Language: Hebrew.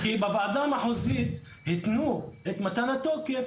כי בוועדה המחוזית התנו את מתן התוקף